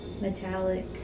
metallic